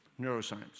Neuroscience